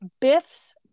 Biff's